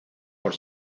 por